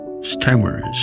stammers